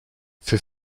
für